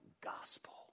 gospel